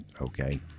okay